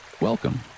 Welcome